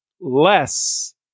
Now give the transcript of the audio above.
less